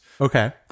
Okay